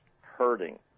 hurting